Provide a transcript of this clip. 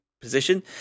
position